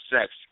sex